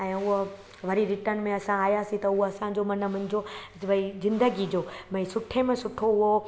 ऐं उहा वरी रिटर्न में असां आहियासीं त उहा असांजो मनु मुंहिंजो भई ज़िंदगी जो भई सुठे में सुठो उहो